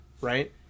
right